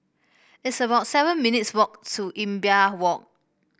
it's about seven minutes' walk to Imbiah Walk